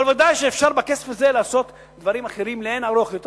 אבל בוודאי שאפשר בכסף הזה לעשות דברים אחרים לאין-ערוך יותר חשובים,